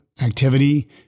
activity